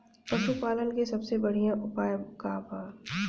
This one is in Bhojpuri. पशु पालन के सबसे बढ़ियां उपाय का बा?